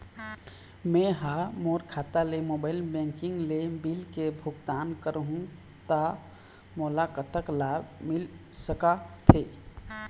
मैं हा मोर खाता ले मोबाइल बैंकिंग ले बिल के भुगतान करहूं ता मोला कतक लाभ मिल सका थे?